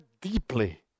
deeply